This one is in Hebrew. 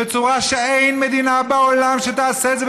בצורה שאין מדינה בעולם שתעשה את זה,